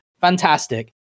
Fantastic